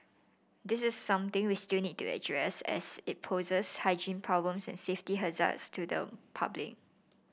this is something we still need to address as it poses hygiene problems and safety hazards to the public